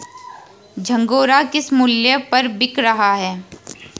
झंगोरा किस मूल्य पर बिक रहा है?